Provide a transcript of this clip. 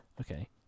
okay